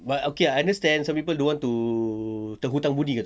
but okay ah understand sometimes people don't want to terhutang budi kau tahu